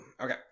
Okay